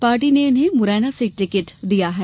party ने उन्हें मुरैना से टिकट दिया है